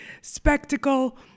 spectacle